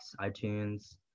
itunes